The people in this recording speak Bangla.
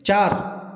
চার